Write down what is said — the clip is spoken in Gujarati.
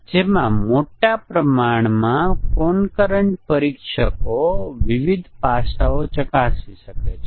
જવાબ એ હોઈ શકે છે કે ફાયદો એ છે કે તે ઓટોમેશન માટે અત્યંત અનુકૂળ છે અને તે એક ટેકનીક છે જે આપણા ટેસ્ટીંગ સ્યુટને મજબૂત કરી શકે છે